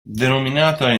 denominata